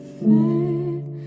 fade